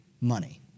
money